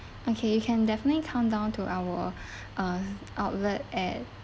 okay you can definitely come down to our uh outlet at